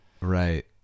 right